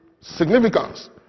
significance